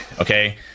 okay